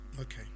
Okay